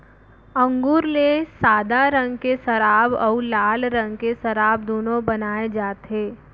अंगुर ले सादा रंग के सराब अउ लाल रंग के सराब दुनो बनाए जाथे